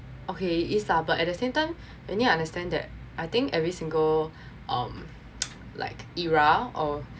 okay it is ah but at the same time anyway I understand that I think every single um like era or